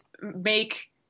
make